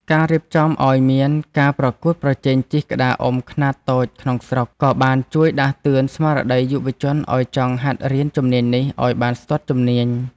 ការរៀបចំឱ្យមានការប្រកួតប្រជែងជិះក្តារអុំខ្នាតតូចក្នុងស្រុក ក៏បានជួយដាស់តឿនស្មារតីយុវជនឱ្យចង់ហាត់រៀនជំនាញនេះឱ្យបានស្ទាត់ជំនាញ។